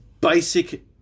basic